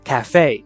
Cafe